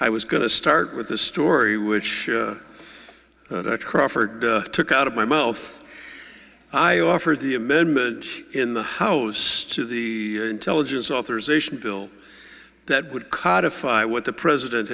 i was going to start with the story which crawford took out of my mouth i offered the amendment in the house to the intelligence authorization bill that would codified what the president